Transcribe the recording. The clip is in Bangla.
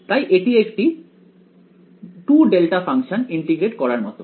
তাই এটি একটি 2 ডেল্টা ফাংশন ইন্টিগ্রেট করার মতন